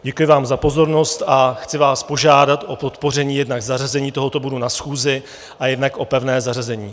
Děkuji vám za pozornost a chci vás požádat o podpoření jednak zařazení tohoto bodu na schůzi a jednak o pevné zařazení.